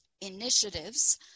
initiatives